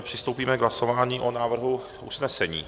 Přistoupíme k hlasování o návrhu usnesení.